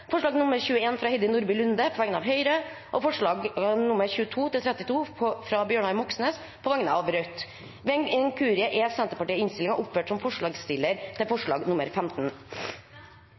forslag nr. 21, fra Heidi Nordby Lunde på vegne av Høyre forslagene nr. 22–32, fra Bjørnar Moxnes på vegne av Rødt Ved en inkurie er Senterpartiet i innstillingen oppført som forslagsstiller til forslag nr. 15.